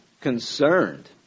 concerned